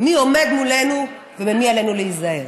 מי עומד מולנו וממי עלינו להיזהר.